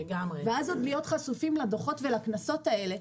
ואז עוד להיות חשופים לדוחות ולקנסות האלה.